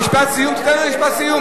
משפט סיום, תן לו משפט סיום.